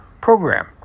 program